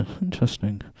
interesting